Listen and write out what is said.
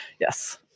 yes